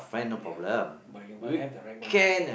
ya but you must have the right ones ah